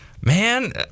man